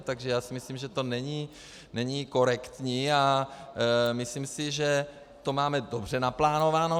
Takže já si myslím, že to není korektní a myslím si, že to máme dobře naplánováno.